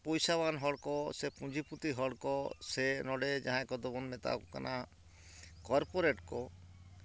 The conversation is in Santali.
ᱯᱚᱭᱥᱟᱣᱟᱱ ᱦᱚᱲ ᱠᱚ ᱥᱮ ᱯᱩᱸᱡᱤ ᱯᱩᱛᱤ ᱦᱚᱲ ᱠᱚ ᱥᱮ ᱱᱚᱰᱮ ᱡᱟᱦᱟᱭ ᱠᱚᱫᱚᱵᱚᱱ ᱢᱮᱛᱟᱣ ᱠᱚ ᱠᱟᱱᱟ ᱠᱚᱨᱯᱳᱨᱮᱴ ᱠᱚ